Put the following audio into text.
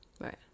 Right